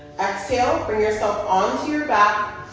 exhale, bring yourself onto your back.